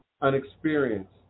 unexperienced